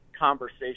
conversation